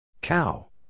Cow